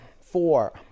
four